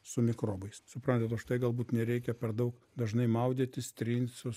su mikrobais suprantat už tai galbūt nereikia per daug dažnai maudytis trint su